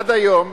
עד היום,